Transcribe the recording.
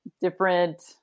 different